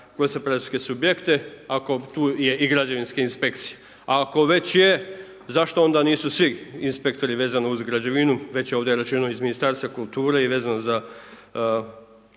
se ne razumije./… subjekte ako tu je i građevinska inspekcija, a ako već je zašto onda nisu svi inspektori vezano uz građevinu već je ovdje rečeno iz Ministarstva kulture i vezano za